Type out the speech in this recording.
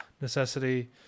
necessity